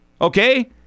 Okay